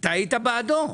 אתה היית בעדו.